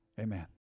Amen